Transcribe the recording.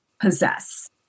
possess